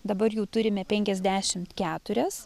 dabar jau turime penkiasdešimt keturias